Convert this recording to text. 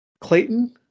Clayton